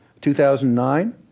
2009